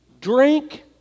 Drink